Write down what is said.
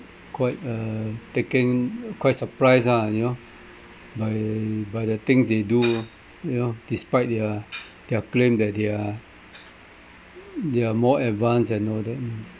quite uh taken quite surprise ah you know by by the things they do you know despite their their claim that they are they are more advanced and all that